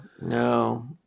No